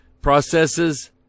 Processes